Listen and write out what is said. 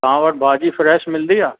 तव्हां वटि भाॼी फ़्रैश मिलंदी आहे